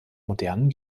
modernen